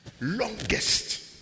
longest